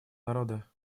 народа